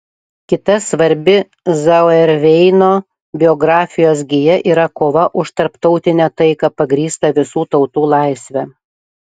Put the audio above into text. kita svarbi zauerveino biografijos gija yra kova už tarptautinę taiką pagrįstą visų tautų laisve